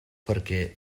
perquè